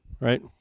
right